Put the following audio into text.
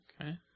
Okay